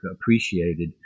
appreciated